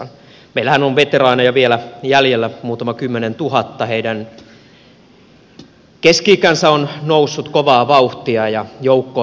meillähän on veteraaneja vielä jäljellä muutama kymmenentuhatta heidän keski ikänsä on noussut kovaa vauhtia ja joukko harvenee